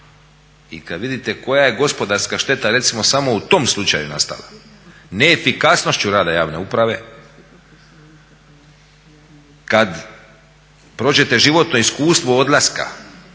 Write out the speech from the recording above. i kada vidite koja je gospodarska šteta recimo samo u tom slučaju nastala, neefikasnošću rada javne uprave, kada prođete životno iskustvo odlaska